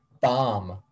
bomb